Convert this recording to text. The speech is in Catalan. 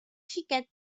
xiquet